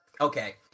okay